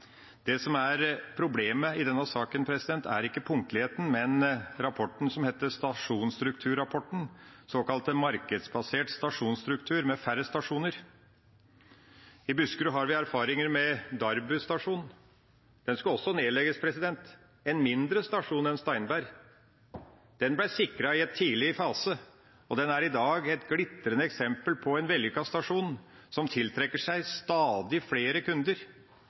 Det som er problemet i denne saken, er ikke punktligheten, men rapporten om stasjonsstruktur, en såkalt markedsbasert stasjonsstruktur med færre stasjoner. I Buskerud har vi erfaringer med Darbu stasjon. Den skulle også nedlegges – en mindre stasjon enn Steinberg. Den ble sikret i en tidlig fase og er i dag et glitrende eksempel på en vellykket stasjon som tiltrekker seg stadig flere kunder.